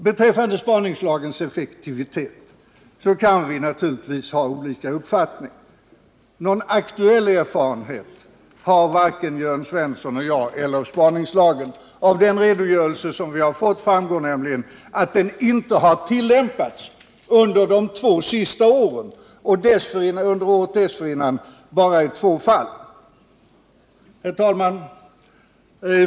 Om spaningslagens effektivitet kan vi naturligtvis ha olika uppfattning. Någon aktuell erfarenhet av spaningslagen har varken Jörn Svensson eller jag. Av den redogörelse som riksdagen har fått i annat sammanhang framgår nämligen att den inte har tillämpats de två senaste åren och året dessförinnan bara i två fall. Herr talman!